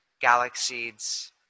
galaxies